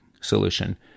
solution